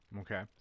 Okay